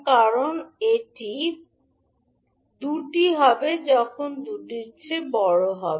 কারণ এটি দুটি হবে যখন দুটির চেয়ে বড় হবে